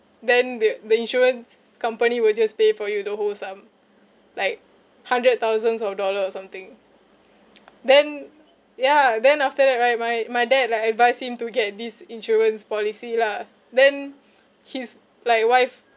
then the the insurance company will just pay for you the whole sum like hundred thousands of dollars or something then ya then after that right my my dad like advise him to get this insurance policy lah then his like wife